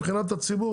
מבחינת הציבור,